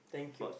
thank you